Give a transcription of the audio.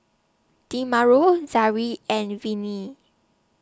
Demario Zaire and Vennie